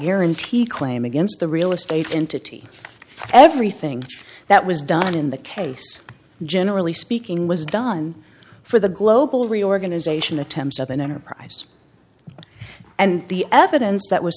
guarantee claim against the real estate entity everything that was done in the case generally speaking was done for the global reorganization attempts of an enterprise and the evidence that was